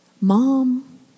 Mom